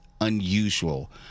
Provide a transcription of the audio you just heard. unusual